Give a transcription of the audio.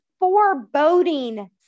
foreboding